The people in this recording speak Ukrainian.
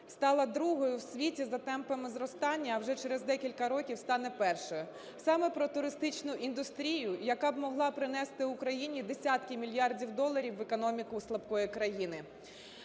стала другою в світі за темпами зростання, а вже через декілька років стане першою, саме про туристичну індустрію, яка б могла принести Україні десятки мільярдів доларів в економіку слабкої країни.